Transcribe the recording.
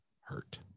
hurt